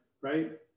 right